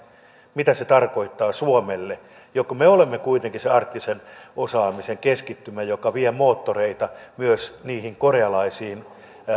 mitä se tarkoittaa suomelle me olemme kuitenkin se arktisen osaamisen keskittymä joka vie moottoreita myös niihin korealaisiin